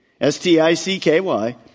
S-T-I-C-K-Y